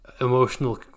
emotional